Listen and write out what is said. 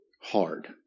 hard